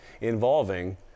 involving